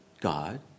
God